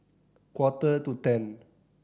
quarter to ten